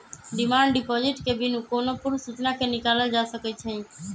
demand deposit के बिनु कोनो पूर्व सूचना के निकालल जा सकइ छै